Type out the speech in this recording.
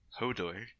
Hodor